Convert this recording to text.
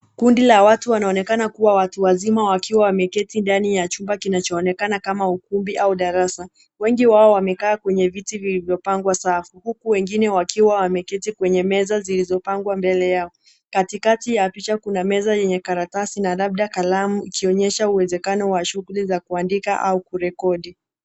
Kundi la watu wanaonekana kuwa watu wazima wakiwa wameketi ndani ya chumba kinachoonekana kama ukumbi au darasa. Wengi wao wamekaa kwenye viti vilivyopangwa safu huku wengine wakiwa wameketi kwenye meza zilizopangwa mbele yao. Katikati ya picha kuna meza yenye karatasi na labda kalamu ikionyesha uwezekano wa shughuli za kuandika au kurekodi.